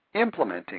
implementing